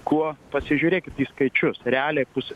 kuo pasižiūrėkit į skaičius realiai pusę